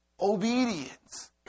obedience